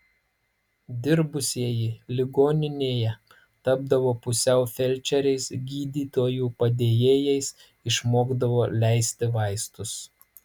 dirbusieji ligoninėje tapdavo pusiau felčeriais gydytojų padėjėjais išmokdavo leisti vaistus